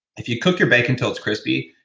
if you cook your bacon until it's crispy,